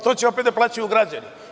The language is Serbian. To će opet da plaćaju građani.